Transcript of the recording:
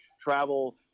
travel